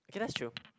okay that's true